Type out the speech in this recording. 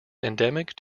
endemic